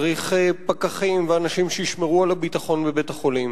צריך פקחים ואנשים שישמרו על הביטחון בבית-החולים,